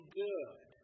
good